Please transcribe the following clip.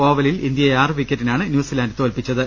ഓവലിൽ ഇന്ത്യയെ ആറ് വിക്കറ്റിനാണ് ന്യൂസിലാൻഡ് തോൽപ്പിച്ചത്